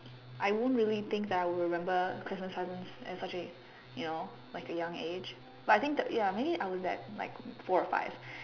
I won't really think that we'll remember cause my cousins that's why she you know like the young age but I think that ya maybe I was at like four or five